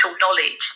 knowledge